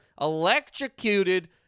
electrocuted